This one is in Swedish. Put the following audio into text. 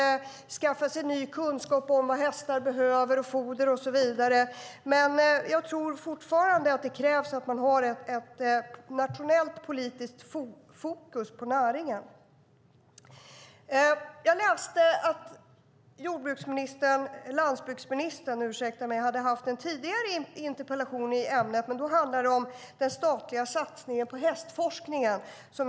Där kan man skaffa sig ny kunskap om vad hästar behöver, foder och så vidare. Jag tror fortfarande att det krävs att man har ett nationellt politiskt fokus på näringen. Jag läste att landsbygdsministern hade haft en tidigare interpellationsdebatt i ämnet, men då handlade det om den statliga satsningen på hästforskningen.